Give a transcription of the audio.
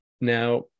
Now